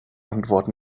antwort